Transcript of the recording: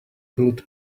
bullet